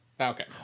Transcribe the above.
Okay